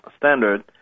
standard